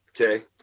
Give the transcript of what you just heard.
okay